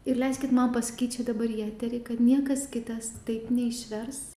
ir leiskit man pasakyt čia dabar į eterį kad niekas kitas taip neišvers